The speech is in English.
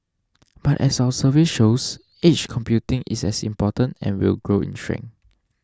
but as our survey shows edge computing is as important and will grow in strength